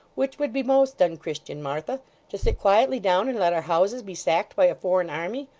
which would be most unchristian, martha to sit quietly down and let our houses be sacked by a foreign army,